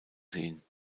sehen